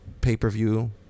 pay-per-view